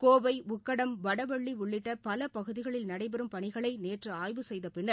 கோவை உக்கடம் வடவள்ளி உள்ளிட்ட பல பகுதிகளில் நடைபெறும் பணிகளை நேற்று ஆய்வு செய்த பின்னர்